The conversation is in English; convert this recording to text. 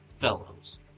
fellows